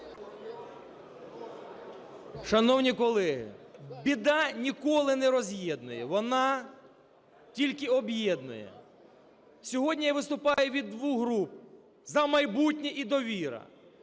Шановні колеги, біда ніколи не роз’єднує, вона тільки об’єднує. Сьогодні я виступаю від двох груп "За майбутнє" і "Довіра",